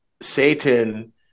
satan